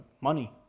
Money